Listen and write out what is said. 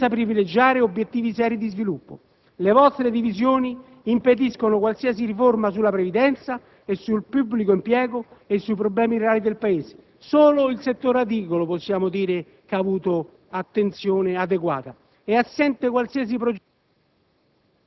senza privilegiare obiettivi seri di sviluppo. Le vostre divisioni impediscono qualsiasi riforma sulla previdenza, sul pubblico impiego e sui problemi reali del Paese. Solo il settore agricolo possiamo dire che ha avuto attenzione adeguata. È assente qualsiasi progetto